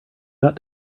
got